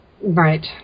Right